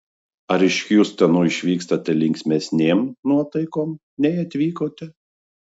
ar iš hjustono išvykstate linksmesnėm nuotaikom nei atvykote